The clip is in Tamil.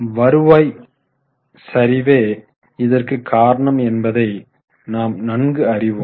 வருவாய் சரிவே இதற்கு காரணம் என்பதை நாம் நன்கு அறிவோம்